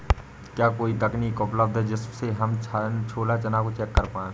क्या कोई तकनीक उपलब्ध है जिससे हम छोला चना को चेक कर पाए?